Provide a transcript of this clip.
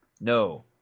No